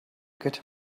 get